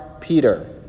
Peter